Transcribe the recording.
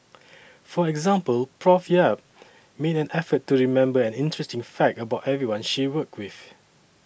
for example Prof Yap made an effort to remember an interesting fact about everyone she worked with